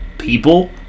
People